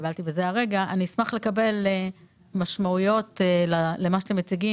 אני אשמח לקבל משמעויות לעבודה שאתם מציגים,